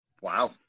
Wow